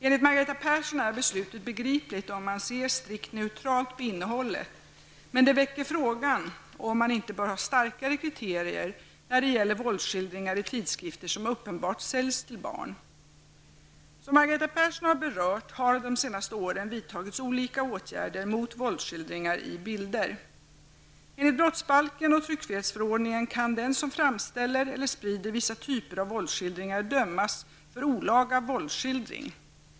Enligt Margareta Persson är beslutet begripligt om man ser strikt neutralt på innehållet men det väcker frågan om man inte bör ha starkare kriterier när det gäller våldsskildringar i tidskrifter som uppenbart säljs till barn. Som Margareta Person har berört har det de senaste åren vidtagits olika åtgärder mot våldsskildringar i bilder. Enligt brottsbalken och tryckfrihetsförordningen kan den som framställer eller sprider vissa typer av våldsskildringar dömas för olaga våldsskildring.